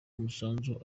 umusanzu